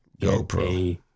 GoPro